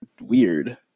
weird